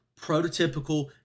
prototypical